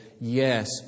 yes